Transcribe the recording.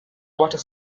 water